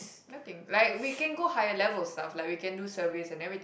nothing like we can go higher levels stuff like we can do service and everything